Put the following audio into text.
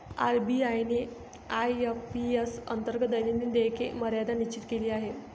RBI ने IMPS अंतर्गत दैनंदिन देयक मर्यादा निश्चित केली आहे